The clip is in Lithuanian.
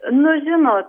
nu žinot